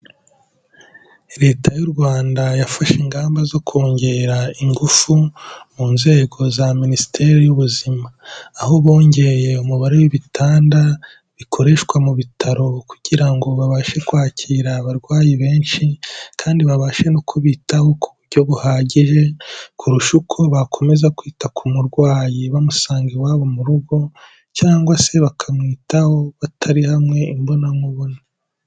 Leta y'u Rwanda yafashe ingamba zo kongera ingufu, mu nzego za Minisiteri y'Ubuzima. Aho bongeye umubare w'ibitanda, bikoreshwa mu bitaro kugira ngo babashe kwakira abarwayi benshi kandi babashe no kubitaho ku buryo buhagije, kurusha uko bakomeza kwita ku murwayi, bamusanga iwabo mu rugo cyangwa se bakamwitaho batari hamwe imbonankubone.